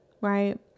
Right